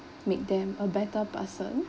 make them a better person